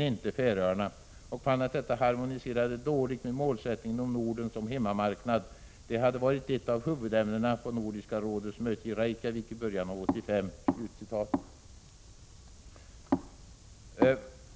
Han fann att det harmoniserade dåligt med målsättningen om Norden som hemmamarknad. Det hade varit ett av huvudämnena på Nordiska rådets möte i Reykjavik i början på 1985.